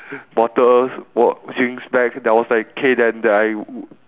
bottles wa~ drinks back then I was like K then then I